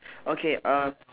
okay uh